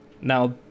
Now